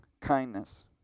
kindness